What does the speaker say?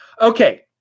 Okay